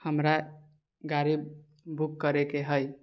हमरा गाड़ी बुक करैके है